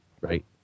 right